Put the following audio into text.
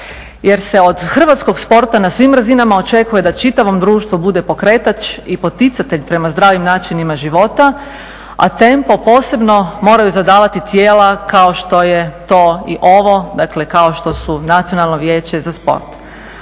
jer se od hrvatskog sporta na svim razinama očekuje da čitavom društvu bude pokretač i poticatelj prema zdravim načinima života a tempo posebno moraju zadavati tijela kao što je to i ovo dakle kao što su Nacionalno vijeće za sport.